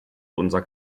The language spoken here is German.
unser